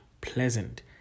pleasant